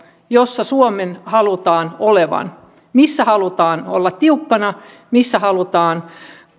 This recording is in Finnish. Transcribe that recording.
jossa suomen halutaan olevan missä halutaan olla tiukkana missä halutaan olla